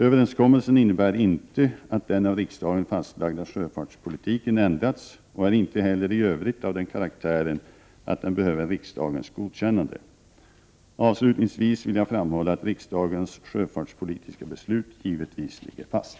Överenskommelsen innebär inte att den av riksdagen fastlagda sjöfartspolitiken ändrats och är inte heller i övrigt av den karaktären att den behöver riksdagens godkännande. Avslutningsvis vill jag framhålla att riksdagens sjöfartspolitiska beslut givetvis ligger fast.